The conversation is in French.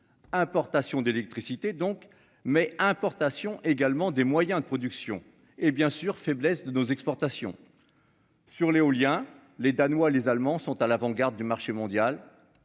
importations d'électricité donc mais importations également des moyens de production et bien sûr faiblesses de nos exportations. Sur l'éolien, les Danois, les Allemands sont à l'avant-garde du marché mondial.